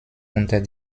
unter